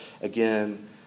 again